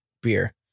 beer